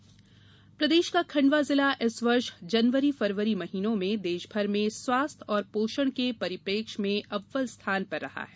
नीति आयोग प्रदेश का खण्डवा जिला इस वर्ष जनवरी फरवरी महीनों में देशभर में स्वास्थ्य और पोषण के परिप्रेक्ष्य में अव्वल स्थान पर रहा है